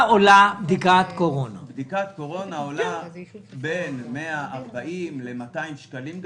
בדיקת קורונה עולה בין 140 ל-200 שקלים.